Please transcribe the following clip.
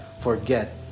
forget